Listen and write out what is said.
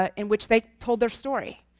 ah in which they told their story.